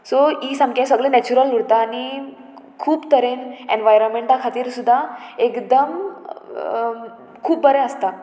so ही सामकें सगळें नॅचुरल उरता आनी खूब तरेन एनवायरमेंटा खातीर सुद्दां एकदम खूब बरें आसता